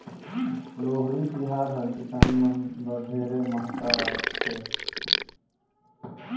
लोहड़ी तिहार हर किसान मन बर ढेरे महत्ता राखथे